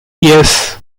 yes